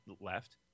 left